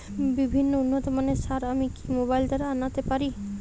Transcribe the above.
বিভিন্ন উন্নতমানের সার আমি কি মোবাইল দ্বারা আনাতে পারি?